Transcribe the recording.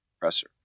compressor